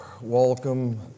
welcome